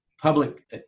public